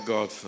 God